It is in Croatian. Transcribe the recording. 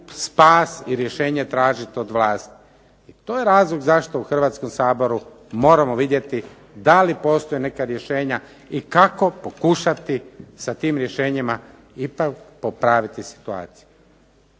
i rješenje tražiti od vas. I to je razlog zašto u Hrvatskom saboru moramo vidjeti da li postoje neka rješenja i kako pokušati sa tim rješenjima ipak popraviti situaciju,